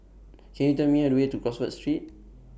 Can YOU Tell Me The Way to Crawford Street